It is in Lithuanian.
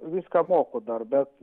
viską moku dar bet